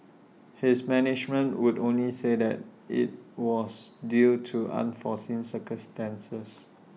his management would only say that IT was due to unforeseen circumstances